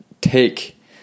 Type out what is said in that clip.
take